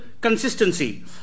consistency